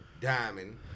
diamond